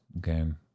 game